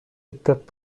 étapes